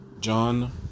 John